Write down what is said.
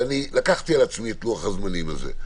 אני לקחתי על עצמי את לוח הזמנים הזה.